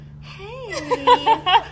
Hey